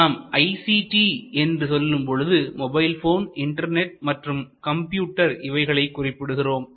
நாம் ICT என்று சொல்லும்பொழுது மொபைல் போன் இன்டர்நெட் மற்றும் கம்ப்யூட்டர் இவைகளை குறிப்பிடுகிறோம்